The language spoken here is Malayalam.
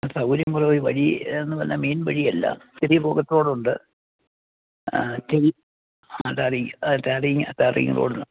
ആ സൗകര്യം കുറവാണ് ഈ വഴി എന്ന് പറഞ്ഞാൽ മേയ്ൻ വഴിയല്ല ചെറിയ പോക്കറ്റ് റോഡൊണ്ട് ചെറിയ ആ ടാറിങ്ങ് ടാറിങ്ങ് ടാറിങ്ങ് റോഡാ